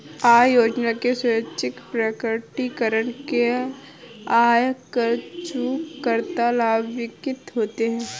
आय योजना के स्वैच्छिक प्रकटीकरण से आयकर चूककर्ता लाभान्वित होते हैं